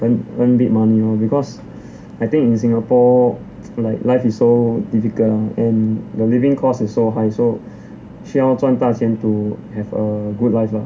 earn big money lor because I think in singapore like life is so difficult lah and the living cost is so high so 需要赚大钱 to have a good life lah